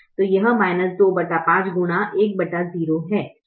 तो यह 25 गुना 1 0 है